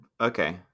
okay